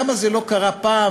למה זה לא קרה פעם,